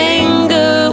anger